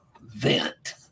vent